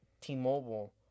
T-Mobile